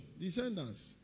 Descendants